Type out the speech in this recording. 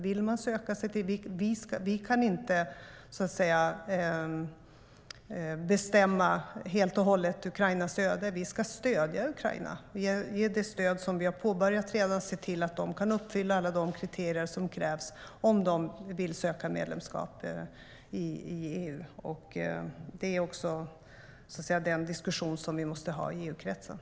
Vi kan inte, så att säga, helt och hållet bestämma Ukrainas öde. Vi ska stödja Ukraina, ge det stöd som vi har påbörjat redan och se till att de kan uppfylla alla de kriterier som krävs om de vill söka medlemskap i EU. Det är också den diskussion som vi måste ha i EU-kretsen.